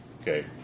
Okay